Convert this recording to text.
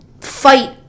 fight